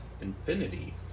Infinity